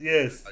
Yes